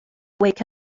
wake